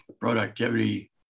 productivity